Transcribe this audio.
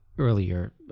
earlier